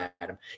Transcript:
Adam